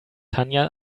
tanja